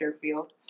field